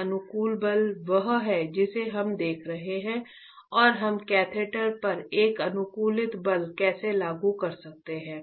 अनुकूलन बल वह है जिसे हम देख रहे हैं और हम कैथेटर पर एक अनुकूलित बल कैसे लागू कर सकते हैं